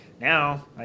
now